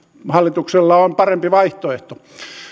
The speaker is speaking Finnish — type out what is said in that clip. hallituksella on parempi vaihtoehto